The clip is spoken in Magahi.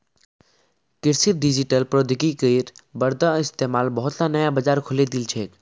कृषित डिजिटल प्रौद्योगिकिर बढ़ त इस्तमाल बहुतला नया बाजार खोले दिल छेक